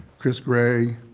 chris grey,